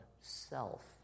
self